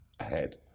ahead